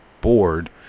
board